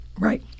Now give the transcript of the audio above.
Right